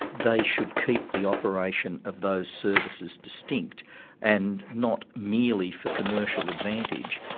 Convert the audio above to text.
they should keep the operation of those services distinct and not merely for commercial advantage,